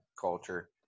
culture